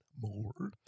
more